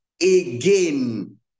again